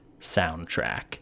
soundtrack